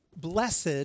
Blessed